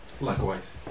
likewise